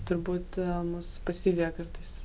turbūt mus pasiveja kartais